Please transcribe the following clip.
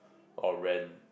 or rent